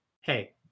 hey